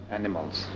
animals